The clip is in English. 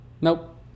Nope